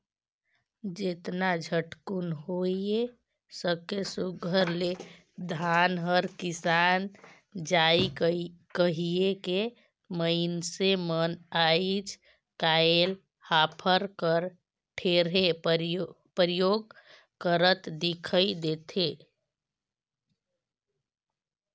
जेतना झटकुन होए सके सुग्घर ले धान हर मिसाए जाए कहिके मइनसे मन आएज काएल हापर कर ढेरे परियोग करत दिखई देथे